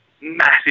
massive